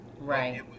Right